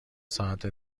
ساعت